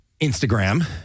Instagram